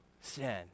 sin